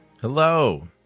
Hello